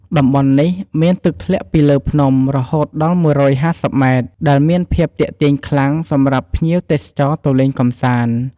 តំបន់នេះ មានទឹកធ្លាក់ពីលើភ្នំរហូតដល់ ១៥០ម៉ែត្រ ដែលមានភាពទាក់ទាញខ្លាំងសម្រាប់ភ្ញៀវទេសចរទៅលេងកម្សាន្ត ។